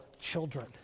children